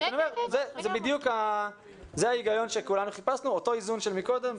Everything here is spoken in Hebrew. זה ההיגיון שכולנו חיפשנו, אותו איזון של קודם.